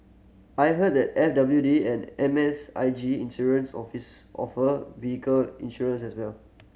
I heard that F W D and M S I G Insurance office offer vehicle insurance as well